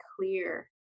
clear